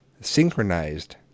synchronized